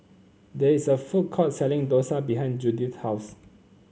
there is a food court selling dosa behind Judyth's house